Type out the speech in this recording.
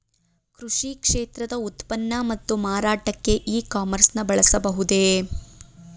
ಕೃಷಿ ಕ್ಷೇತ್ರದ ಉತ್ಪನ್ನ ಮತ್ತು ಮಾರಾಟಕ್ಕೆ ಇ ಕಾಮರ್ಸ್ ನ ಬಳಸಬಹುದೇ?